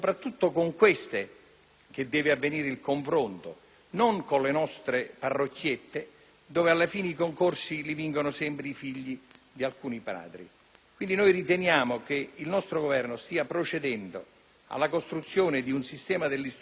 che deve avvenire il confronto, non con le nostre "parrocchiette", dove, alla fine, i concorsi li vincono sempre i figli di alcuni padri. Riteniamo quindi che il nostro Governo stia procedendo alla costruzione di un sistema dell'istruzione e della formazione